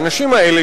האנשים האלה,